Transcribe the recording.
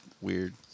weird